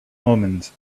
omens